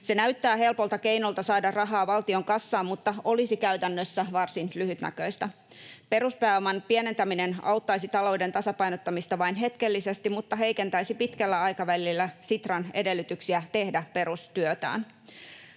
Se näyttää helpolta keinolta saada rahaa valtion kassaan mutta olisi käytännössä varsin lyhytnäköistä. Peruspääoman pienentäminen auttaisi talouden tasapainottamista vain hetkellisesti mutta heikentäisi pitkällä aikavälillä Sitran edellytyksiä tehdä perustyötään.